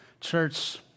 Church